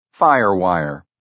Firewire